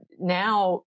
now-